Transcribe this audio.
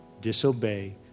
disobey